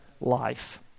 life